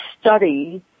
study